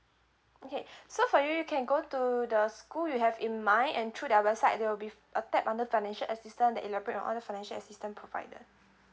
okay so for you you can go to the school you have in mind and through their website there will be a tap on the financial assistance that elaborate on all the financial assistance provider